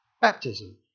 baptism